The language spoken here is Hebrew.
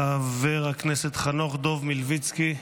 חבר הכנסת חנוך דב מלביצקי,